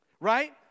Right